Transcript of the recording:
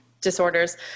disorders